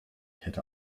hätte